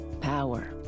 power